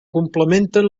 complementen